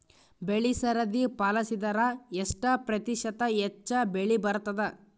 ಬೆಳಿ ಸರದಿ ಪಾಲಸಿದರ ಎಷ್ಟ ಪ್ರತಿಶತ ಹೆಚ್ಚ ಬೆಳಿ ಬರತದ?